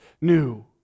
new